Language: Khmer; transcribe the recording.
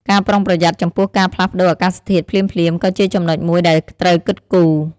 ការប្រុងប្រយ័ត្នចំពោះការផ្លាស់ប្តូរអាកាសធាតុភ្លាមៗក៏ជាចំណុចមួយដែលត្រូវគិតគូរ។